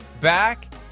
back